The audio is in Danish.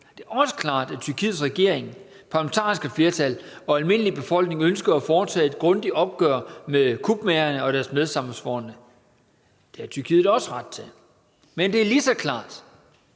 Det er også klart, at Tyrkiets regering, parlamentariske flertal og almindelige befolkning ønsker at foretage et grundigt opgør med kupmagerne og deres medsammensvorne. Det har Tyrkiet også ret til. Men det er lige så klart,